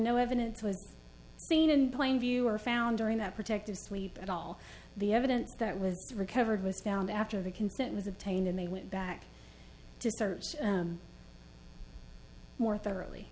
no evidence was seen in plain view or found during that protective sleep and all the evidence that was recovered was found after the content was obtained and they went back to search more thoroughly